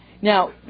Now